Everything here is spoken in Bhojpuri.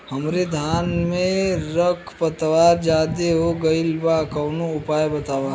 हमरे धान में खर पतवार ज्यादे हो गइल बा कवनो उपाय बतावा?